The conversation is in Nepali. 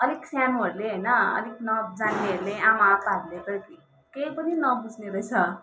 अलिक सानोहरूले होइन अलिक नजान्नेहरूले आमा आप्पाहरूले त केही पनि नबुझ्ने रहेछ